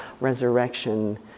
resurrection